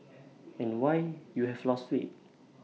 and why you have lost weight